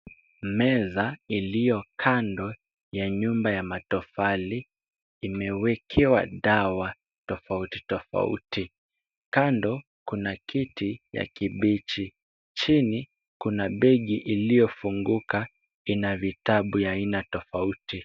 Meza iliyo kando ya nyumba ya matofali, imewekewa dawa tofauti tofauti. Kando kuna kiti ya kibichi. Chini kuna begi iliyofunguka, ina vitabu ya aina tofauti.